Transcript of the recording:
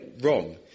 wrong